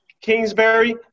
Kingsbury